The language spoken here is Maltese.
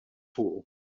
fuqu